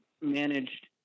managed